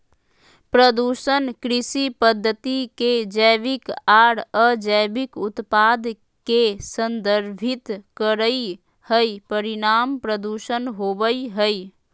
प्रदूषण कृषि पद्धति के जैविक आर अजैविक उत्पाद के संदर्भित करई हई, परिणाम प्रदूषण होवई हई